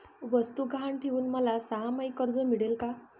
वस्तू गहाण ठेवून मला सहामाही कर्ज मिळेल का?